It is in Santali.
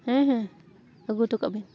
ᱦᱮᱸ ᱦᱮᱸ ᱟᱹᱜᱩ ᱦᱚᱴᱚ ᱠᱟᱜ ᱵᱮᱱ